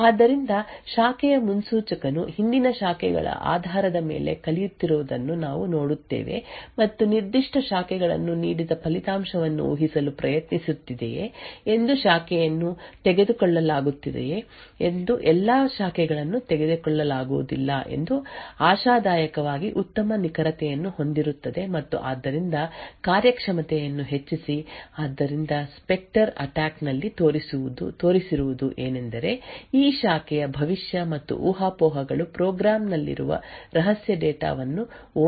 ಆದ್ದರಿಂದ ಶಾಖೆಯ ಮುನ್ಸೂಚಕನು ಹಿಂದಿನ ಶಾಖೆಗಳ ಆಧಾರದ ಮೇಲೆ ಕಲಿಯುತ್ತಿರುವುದನ್ನು ನಾವು ನೋಡುತ್ತೇವೆ ಮತ್ತು ನಿರ್ದಿಷ್ಟ ಶಾಖೆಗಳನ್ನು ನೀಡಿದ ಫಲಿತಾಂಶವನ್ನು ಊಹಿಸಲು ಪ್ರಯತ್ನಿಸುತ್ತಿದೆಯೇ ಎಂದು ಶಾಖೆಯನ್ನು ತೆಗೆದುಕೊಳ್ಳಲಾಗುತ್ತದೆಯೇ ಎಂದು ಎಲ್ಲಾ ಶಾಖೆಗಳನ್ನು ತೆಗೆದುಕೊಳ್ಳಲಾಗುವುದಿಲ್ಲ ಎಂದು ಆಶಾದಾಯಕವಾಗಿ ಉತ್ತಮ ನಿಖರತೆಯನ್ನು ಹೊಂದಿರುತ್ತದೆ ಮತ್ತು ಆದ್ದರಿಂದ ಕಾರ್ಯಕ್ಷಮತೆಯನ್ನು ಹೆಚ್ಚಿಸಿ ಆದ್ದರಿಂದ ಸ್ಪೆಕ್ಟರ್ ಅಟ್ಯಾಕ್ ನಲ್ಲಿ ತೋರಿಸಿರುವುದು ಏನೆಂದರೆ ಈ ಶಾಖೆಯ ಭವಿಷ್ಯ ಮತ್ತು ಊಹಾಪೋಹಗಳು ಪ್ರೋಗ್ರಾಂ ನಲ್ಲಿರುವ ರಹಸ್ಯ ಡೇಟಾ ವನ್ನು ಓದಬಹುದಾದ ದುರ್ಬಲತೆಗೆ ಕಾರಣವಾಗಬಹುದು